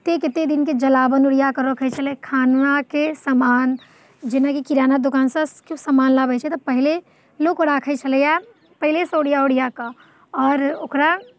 कतेक कतेक दिनके जलाओन ओरियाकऽ रखैत जाइत छलै खानाके समान जेनाकि किराना दोकानसँ केओ समान लाबैत छै तऽ पहिले लोक ओ राखैत छलैया पहिलेसँ ओरिया ओरिया कऽ आओर ओकरा